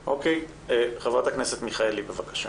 חברת הכנסת מיכאלי, בבקשה.